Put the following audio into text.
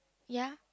ya